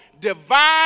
divine